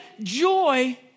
joy